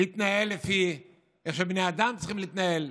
להתנהל לפי איך שבני האדם צריכים להתנהל,